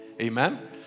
Amen